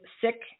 sick